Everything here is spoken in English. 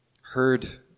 heard